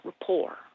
rapport